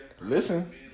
Listen